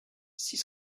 six